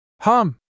Hum